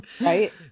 right